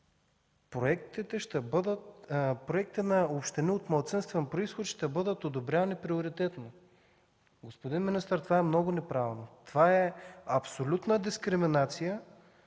проекти на общини от малцинствен произход ще бъдат одобрявани приоритетно. Господин министър, това е много неправилно, това е абсолютна дискриминация